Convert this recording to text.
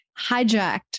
hijacked